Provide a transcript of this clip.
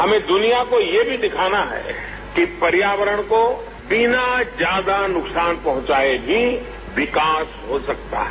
हमें दुनिया को यह भी दिखाना है कि पर्यावरण को बिना ज्यादा नुकसान पहंचाए भी विकास हो सकता है